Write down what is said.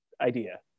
idea